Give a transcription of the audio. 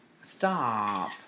Stop